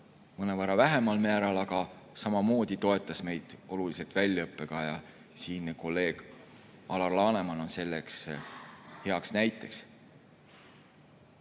mõnevõrra vähemal määral, aga samamoodi toetas meid oluliselt väljaõppega. Siin on meie kolleeg Alar Laneman selle heaks näiteks.